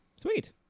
Sweet